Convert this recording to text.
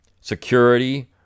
Security